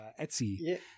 Etsy